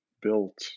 built